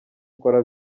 akora